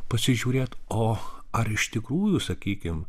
pasižiūrėt o ar iš tikrųjų sakykim